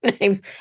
names